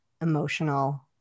emotional